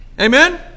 Amen